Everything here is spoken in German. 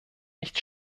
nichts